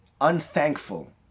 unthankful